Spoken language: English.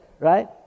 right